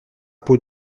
peau